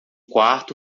quarto